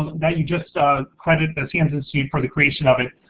that you just credit the sans institute for the creation of it.